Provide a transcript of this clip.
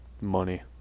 money